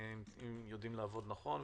אם יודעים לעבוד נכון.